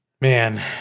Man